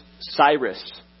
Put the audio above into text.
Cyrus